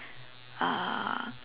uh